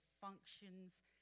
functions